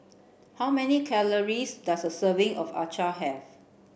how many calories does a serving of Acar have